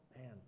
man